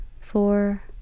four